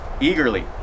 eagerly